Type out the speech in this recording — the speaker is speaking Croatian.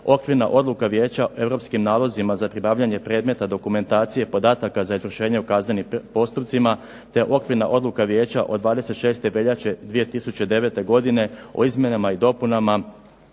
Okvirna odluka Vijeća o europskim nalozima za pribavljanje predmeta, dokumentacije podataka za izvršenje u kaznenim postupcima, te Okvirna odluka Vijeća od 26. veljače 2009. godine o izmjenama i dopunama